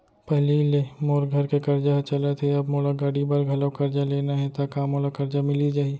पहिली ले मोर घर के करजा ह चलत हे, अब मोला गाड़ी बर घलव करजा लेना हे ता का मोला करजा मिलिस जाही?